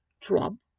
Trump